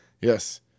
Yes